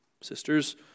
sisters